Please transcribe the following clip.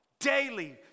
Daily